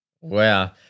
Wow